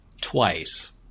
twice